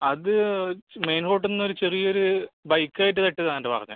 അത് മെയിൻ റോട്ടിൽനിന്ന് ഒരു ചെറിയ ഒരു ബൈക്ക് ആയിട്ട് തട്ടിയതാണെന്നോ മറ്റോ പറയുന്നത്